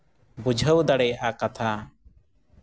ᱵᱩᱡᱷᱟᱹᱣ ᱫᱟᱲᱮᱭᱟᱜᱼᱟ ᱠᱟᱛᱷᱟ